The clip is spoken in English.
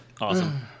Awesome